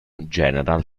general